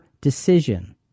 decision